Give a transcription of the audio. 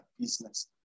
business